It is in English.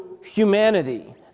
humanity